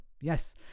yes